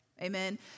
Amen